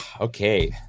Okay